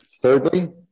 Thirdly